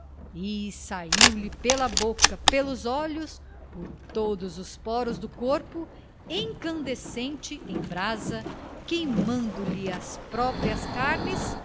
saiu-lhe pela boca pelos olhos por todos os poros do corpo escandescente em brasa queimando lhe as próprias carnes